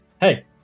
hey